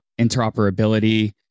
interoperability